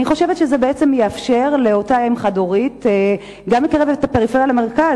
אני חושבת שזה יאפשר לאותה אם חד-הורית לקרב את הפריפריה למרכז,